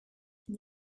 nai